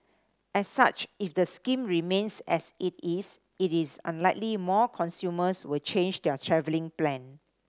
as such if the scheme remains as it is it is unlikely more consumers will change their travelling plan